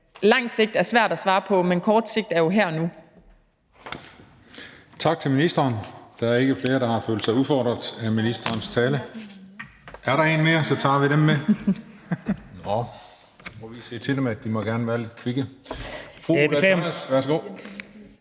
lang sigt svært at svare på, men kort sigt er jo her og